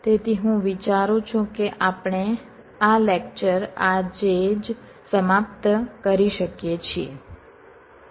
તેથી હું વિચારું છું કે આપણે આ લેક્ચર આજે જ સમાપ્ત કરી શકીએ છીએ